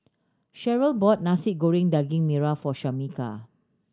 Sherryl bought Nasi Goreng Daging Merah for Shameka